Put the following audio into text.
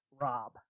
Rob